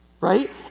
Right